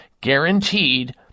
Guaranteed